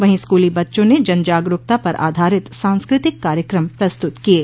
वहीं स्कूली बच्चों ने जन जागरूकता पर आधारित सांस्कृतिक कार्यक्रम प्रस्तुत किये